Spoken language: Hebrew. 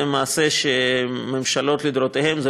זה מעשה של הממשלות לדורותיהן,